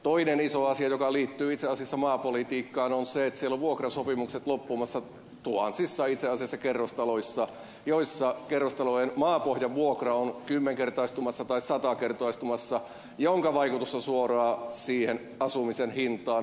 toinen iso asia joka liittyy itse asiassa maapolitiikkaan on se että siellä on vuokrasopimukset loppumassa itse asiassa tuhansissa kerrostaloissa joissa maapohjavuokra on kymmenkertaistumassa tai satakertaistumassa minkä vaikutus on suoraan siihen asumisen hintaan merkittävä